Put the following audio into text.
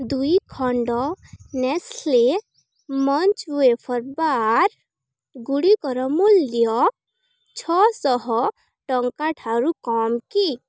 ଦୁଇଖଣ୍ଡ Nestle munch wafer bar ଗୁଡ଼ିକର ମୂଲ୍ୟ ଛଅଶହ ଟଙ୍କା ଠାରୁ କମ୍ କି